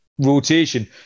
rotation